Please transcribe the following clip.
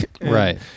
Right